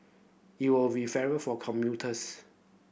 it will be fairer for commuters